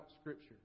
Scripture